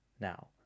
now